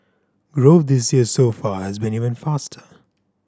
growth this year so far has been even faster